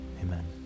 Amen